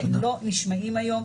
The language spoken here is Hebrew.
שהם לא נשמעים היום.